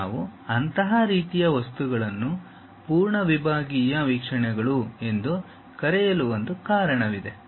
ನಾವು ಅಂತಹ ರೀತಿಯ ವಸ್ತುಗಳನ್ನು ಪೂರ್ಣ ವಿಭಾಗೀಯ ವೀಕ್ಷಣೆಗಳು ಎಂದು ಕರೆಯಲು ಒಂದು ಕಾರಣವಿದೆ